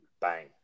Bang